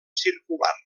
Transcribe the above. circular